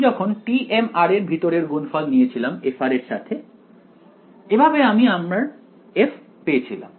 আমি যখন tm এর ভিতরের গুণফল নিয়েছিলাম f এর সাথে এভাবে আমি আমার f পেয়েছিলাম